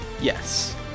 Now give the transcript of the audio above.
Yes